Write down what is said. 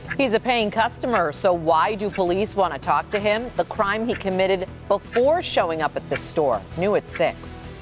he's a paying customer so why do police want to talk to him? the crime he committed before showing up at the store. new at six